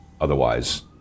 Otherwise